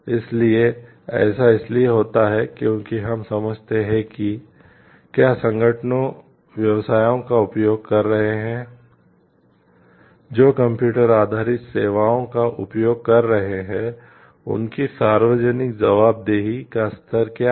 इसलिए ऐसा इसलिए होता है क्योंकि हम समझते हैं कि क्या संगठन जो व्यवसायों का उपयोग कर रहे हैं जो कंप्यूटर आधारित सेवाओं का उपयोग कर रहे हैं उनकी सार्वजनिक जवाबदेही का स्तर क्या है